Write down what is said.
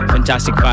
Fantastic